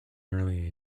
early